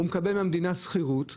הוא מקבל מהמדינה שכירות,